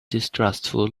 distrustful